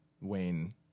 Wayne